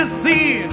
see